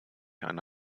eine